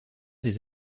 des